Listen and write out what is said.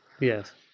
Yes